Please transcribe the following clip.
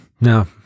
No